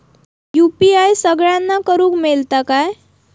UPI सगळ्यांना करुक मेलता काय?